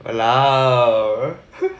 !walao!